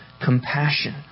compassion